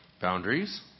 Boundaries